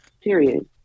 period